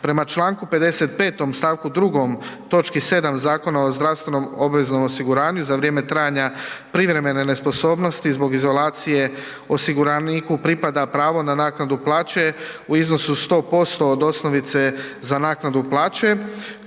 Prema čl. 55. st. 2. točki 7. Zakona o zdravstvenom obveznom osiguranju, za vrijeme trajanja privremene nesposobnosti zbog izolacije, osiguraniku pripada pravo na naknadu plaće u iznosu 100% od osnovice za naknadu plaće.